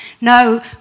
No